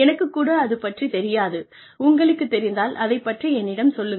எனக்குக் கூட அது பற்றித் தெரியாது உங்களுக்கு தெரிந்தால் அதைப் பற்றி என்னிடம் சொல்லுங்கள்